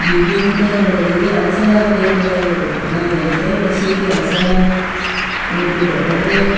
video त्यहीँबाट भइहाल्छ त्यहीँबाट उयो नानीहरूले त्यहीँबाट सिकिहाल्छ यु ट्युब हेरेरै